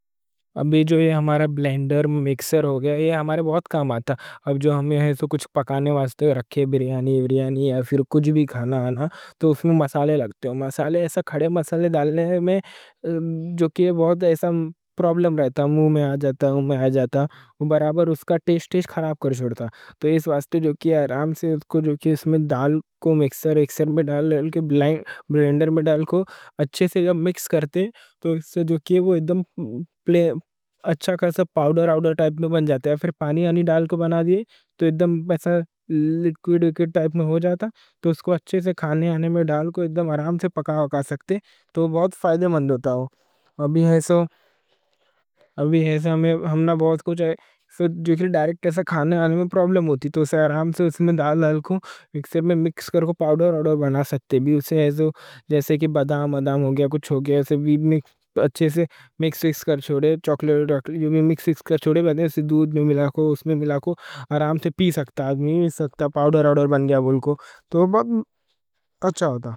ابھی جو یہ ہمارا بلینڈر، مکسر ہو گیا، یہ ہمارے بہت کام آتا۔ اب جو ہمیں ایسے کچھ پکانے واسطے رکھے، بریانی بریانی یا پھر کچھ بھی کھانا آنا، تو اس میں مسالے لگتے۔ مسالے ایسا، کھڑے مسالے ڈالنے میں جو کہ بہت پرابلم رہتا، مو میں آ جاتا آ جاتا۔ وہ برابر اس کا ٹیسٹ ٹیسٹ خراب کر چھوڑتا۔ تو اس واسطے آرام سے اس میں ڈال کو، مکسر میں ڈال کے، بلینڈر میں ڈال کو، اچھے سے جب مکس کرتے، تو اس سے اچھا کسا پاؤڈر ٹائپ بن جاتا۔ پھر پانی وانی ڈال کو بنا دیے، تو ایدم ایسا لیکویڈ لیکویڈ ٹائپ ہو جاتا۔ تو اس کو اچھے سے کھانے میں ڈال کو آرام سے پکا سکتے، تو وہ بہت فائدہ مند ہوتا۔ ابھی ایسا ہمنا بہت کچھ ہے، جو کہ ڈائریکٹ کھانے میں پرابلم ہوتی، تو اسے آرام سے اس میں ڈال، لیکویڈ مکسر میں مکس کر کو پاؤڈر بنا سکتے۔ بھی اسے ایسے کہ بادام آدام ہو گیا، کچھ ہو گیا، اچھے سے مکس فکس کر چھوڑے، چاکلیٹ میں مکس فکس کر چھوڑے۔ بھی اسے دودھ میں ملا کو، اس میں ملا کو آرام سے پی سکتا آدمی، مل سکتا۔ پاؤڈر بن گیا وہ کو تو بہت اچھا ہوتا۔